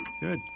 Good